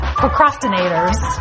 procrastinators